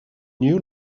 new